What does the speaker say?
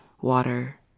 water